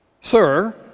sir